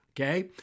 Okay